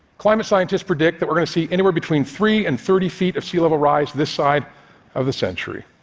climate scientists predict that we're going to see anywhere between three and thirty feet of sea level rise this side of the century.